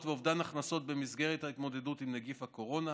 ואובדן הכנסות במסגרת ההתמודדות עם נגיף הקורונה: